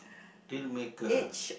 dealmaker